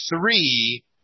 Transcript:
three